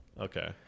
Okay